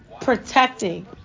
protecting